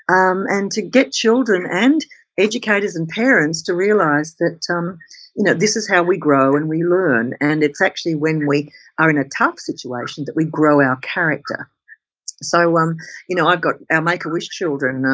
um and to get children, and educator's, and parents, to realise that um you know this is how we grow and we learn and it's actually when we are in a tough situation that we grow our character so um you know i've got, our make um like a wish children,